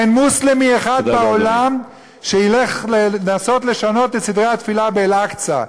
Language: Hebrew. אין מוסלמי אחד בעולם שילך לנסות לשנות את סדרי התפילה באל-אקצא,